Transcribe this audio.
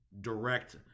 direct